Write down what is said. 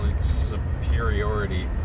superiority